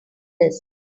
this